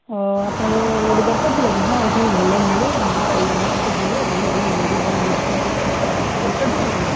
ହଁ ଆପଣଙ୍କ ଲଡ଼ୁ ଦରକାର ଥିଲାକି ହଁ ଏଠି ଭଲ ମିଳେ ଆମ କାରିଗର ଫାରିଗର ତ ଭଲ ଭଲ ହୁଏ ଲଡ଼ୁ ଭଲ ହୁଏ ଆପଣଙ୍କୁ ଦରକାର ଥିଲା ଲଡ଼ୁ